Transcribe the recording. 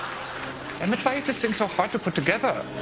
um thing so hard to put together?